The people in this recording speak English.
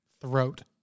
throat